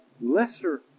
lesser